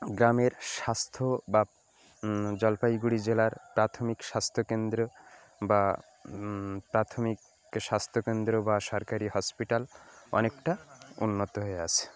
গ্রামের স্বাস্থ্য বা জলপাইগুড়ি জেলার প্রাথমিক স্বাস্থ্যকেন্দ্রেও বা প্রাথমিক স্বাস্থ্যকেন্দ্র বা সরকারি হসপিটাল অনেকটা উন্নত হয়ে আছে